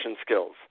skills